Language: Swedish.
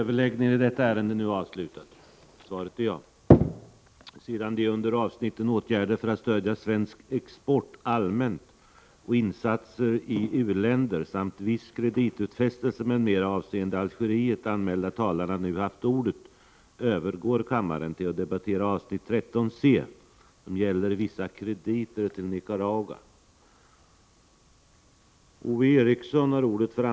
Sedan de under avsnitten Åtgärder för att stödja svensk export allmänt och insatser i u-länder samt Viss kreditutfästelse m.m. avseende Algeriet anmälda talarna nu haft ordet övergår kammaren till att debattera avsnitt 13 c: Vissa krediter till Nicaragua.